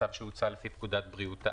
בצו שהוצא לפי פקודת בריאות העם.